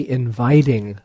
inviting